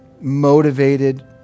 motivated